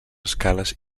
escales